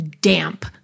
damp